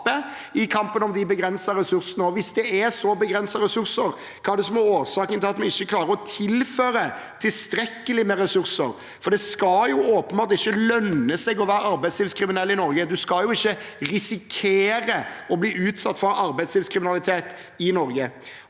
i kampen om de begrensede ressursene? Hvis det er så begrensede ressurser, hva er årsaken til at vi ikke klarer å tilføre tilstrekkelig med ressurser? Det skal åpenbart ikke lønne seg å være arbeidslivskriminell i Norge. Man skal ikke risikere å bli utsatt for arbeidslivskriminalitet i Norge.